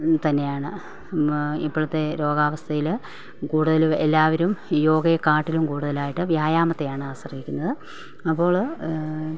തന്നെയാണ് ഇപ്പോഴത്തെ രോഗാവസ്ഥയിൽ കൂടുതൽ എല്ലാവരും യോഗയെക്കാട്ടിലും കൂടുതലായിട്ടു വ്യായാമത്തെയാണാശ്രയിക്കുന്നത് അപ്പോൾ